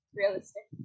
realistic